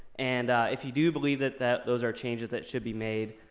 and if you do believe that that those are changes that should be made,